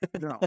No